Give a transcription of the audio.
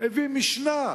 הביא משנה,